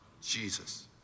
Jesus